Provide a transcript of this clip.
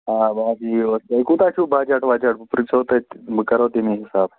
آب واب یِیہِ اور تۄہہِ کوٗتاہ چھُو بجٹ وَجٹ بہٕ پِرژھہو تَتہِ بہٕ کَرہو تَمی حِساب